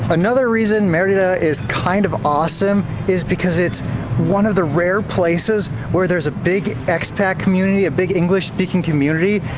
another reason merida is kind of awesome is because it's one of the rare places where there's a big expat community, a big english-speaking community,